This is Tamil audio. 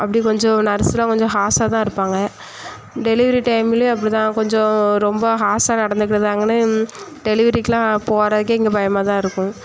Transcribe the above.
அப்படி கொஞ்சம் நர்ஸுலாம் கொஞ்சம் ஹார்ஸாக தான் இருப்பாங்க டெலிவரி டைம்லேயும் அப்படி தான் கொஞ்சம் ரொம்ப ஹார்ஸாக நடந்துக்கிறாங்கன்னு டெலிவிரிக்கெல்லாம் போகிறதுக்கே இங்கே பயமாக தான் இருக்கும்